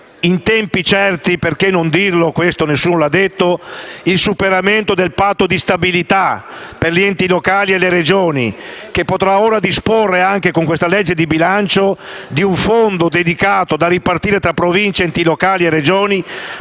in tempi certi - nessuno lo ha detto, perché non dirlo? - il superamento del Patto di stabilità per gli enti locali e le Regioni, che potranno ora disporre, anche con questa legge di bilancio, di un fondo dedicato da ripartire tra Province, enti locali e Regioni,